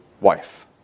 wife